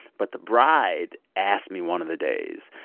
but the bride asked me one of the days,